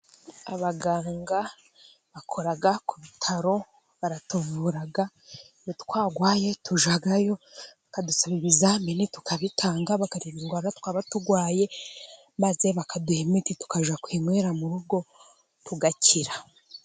Abaganga bakora ku bitaro baratuvura, iyo twarwaye tujyayo bakadusaba ibizamini tukabitanga, bakareba indwara twaba turwaye, maze bakaduha imiti tukajya kuywera mu rugo tugakira.